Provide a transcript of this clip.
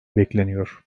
bekleniyor